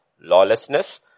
Lawlessness